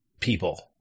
people